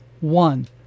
one